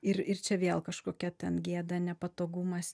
ir ir čia vėl kažkokia ten gėda nepatogumas